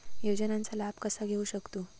योजनांचा लाभ कसा घेऊ शकतू?